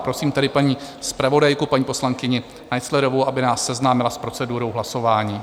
Prosím tedy paní zpravodajku, paní poslankyni Naiclerovou, aby nás seznámila s procedurou hlasování.